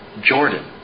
Jordan